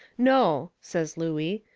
no, says looey,